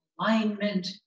alignment